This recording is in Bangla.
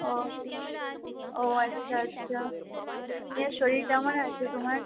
ও ও আচ্ছা আচ্ছা দিয়ে শরীর কেমন আছে তোমার